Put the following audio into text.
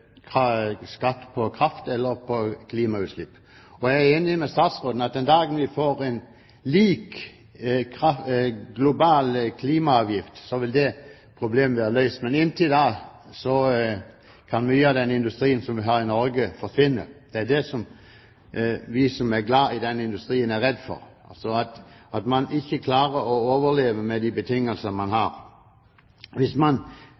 skatt på kraft eller på klimautslipp. Jeg er enig med statsråden i at den dagen vi får en lik global klimaavgift, vil dette problemet være løst. Men inntil da kan vi gjøre at industrien vi har i Norge, forsvinner. Det er det vi som er glad i denne industrien, er redd for – at man ikke klarer å overleve med de betingelsene man har. Hvis man